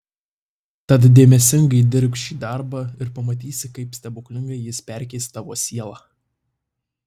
tad dėmesingai dirbk šį darbą ir pamatysi kaip stebuklingai jis perkeis tavo sielą